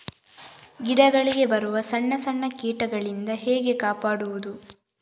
ಗಿಡಗಳಿಗೆ ಬರುವ ಸಣ್ಣ ಸಣ್ಣ ಕೀಟಗಳಿಂದ ಹೇಗೆ ಕಾಪಾಡುವುದು?